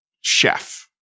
chef